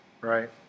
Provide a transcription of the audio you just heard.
Right